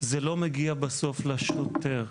זה לא מגיע בסוף לשוטר.